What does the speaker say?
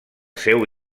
seu